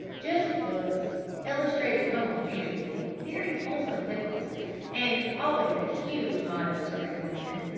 just books illustrated poems usually, very wholesome pickles and always a huge motto to recommend,